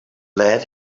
lead